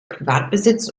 privatbesitz